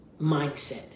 mindset